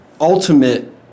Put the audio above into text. ultimate